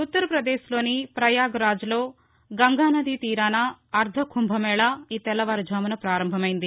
ఉత్తర పదేశ్లోని పయాగ్రాజ్లో గంగానదీతీరాన అర్దకుంభమేళా ఈ తెల్లవారుఝామున ప్రారంభమైంది